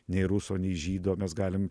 nei ruso nei žydo mes galim